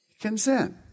consent